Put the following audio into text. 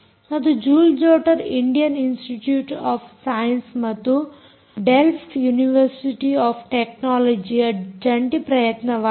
ಮತ್ತು ಜೂಲ್ ಜೊಟರ್ ಇಂಡಿಯನ್ ಇನ್ಸ್ಟಿಟ್ಯೂಟ್ ಆಫ್ ಸೈನ್ಸ್ ಮತ್ತು ದೆಲ್ಫ್ಟ ಯೂನಿವರ್ಸಿಟೀ ಆಫ್ ಟೆಕ್ನಾಲಜಿ ಯ ಜಂಟಿ ಪ್ರಯತ್ನವಾಗಿದೆ